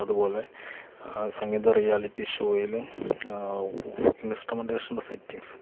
അതുപോലെ സംഗീത റിയാലിറ്റി ഷോയില് ഇൻസ്ട്രുമെൻ്റെഷൻ്റെ സെറ്റിംഗ്സ്